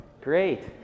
Great